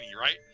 right